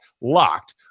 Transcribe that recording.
locked